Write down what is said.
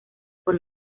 por